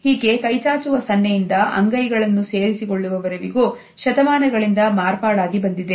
ಹೀಗೆ ಕೈಚಾಚುವ ಸನ್ನೆಯಿಂದ ಅಂಗೈಗಳನ್ನು ಸೇರಿಸಿಕೊಳ್ಳುವ ವರೆವಿಗೂ ಶತಮಾನಗಳಿಂದ ಮಾರ್ಪಾಡಾಗಿ ಬಂದಿದೆ